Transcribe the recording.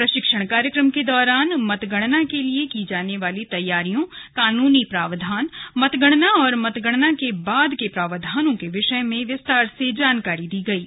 प्रशिक्षण के दौरान मतगणना के लिए की जाने वाली तैयारियों कानूनी प्रावधान मतगणना और मतगणना के बाद के प्रावधानों के विषय में विस्तार से जानकारी दी गयी